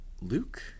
Luke